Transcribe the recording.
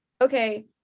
okay